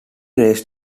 raced